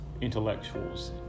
intellectuals